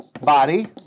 body